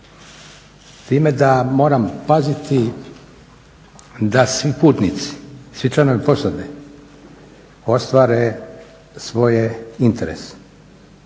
time da moram paziti da svi putnici i svi članovi posade ostvare svoje interese